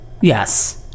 yes